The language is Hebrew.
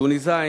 תוניסאים,